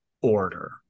order